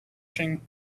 publishing